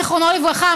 זיכרונו לברכה,